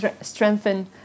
strengthen